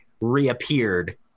reappeared